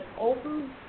Open